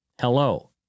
Hello